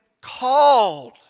called